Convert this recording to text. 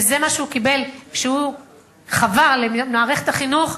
וזה מה שהוא קיבל כשהוא חבר למערכת החינוך,